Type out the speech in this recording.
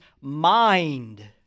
mind